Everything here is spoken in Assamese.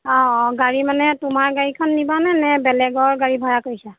অঁ অঁ গাড়ী মানে তোমাৰ গাড়ীখন নিবানে নে বেলেগৰ গাড়ী ভাড়া কৰিছা